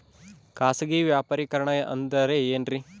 ಖಾಸಗಿ ವ್ಯಾಪಾರಿಕರಣ ಅಂದರೆ ಏನ್ರಿ?